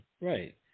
Right